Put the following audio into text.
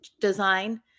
design